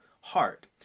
heart